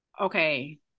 okay